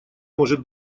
может